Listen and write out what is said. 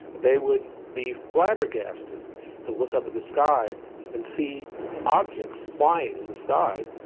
they would be flabbergasted to look up at the sky and see objects flying in the sky,